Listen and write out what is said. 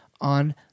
on